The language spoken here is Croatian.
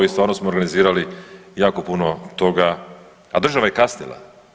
I stvarno smo organizirali jako puno toga, a država je kasnila.